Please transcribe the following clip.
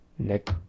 Nick